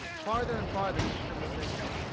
farther and farther from civilization,